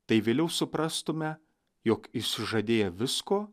tai vėliau suprastume jog išsižadėję visko